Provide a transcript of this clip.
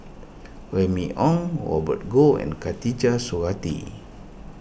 Remy Ong Robert Goh and Khatijah Surattee